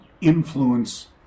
influence